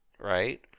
Right